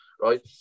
right